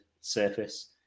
surface